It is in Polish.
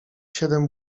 siedem